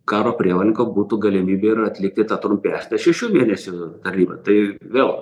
karo prievolininkam būtų galimybė ir atlikti tą trumpesnę šešių vyresniųjų tarnybą tai vėl